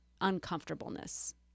uncomfortableness